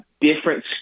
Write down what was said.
different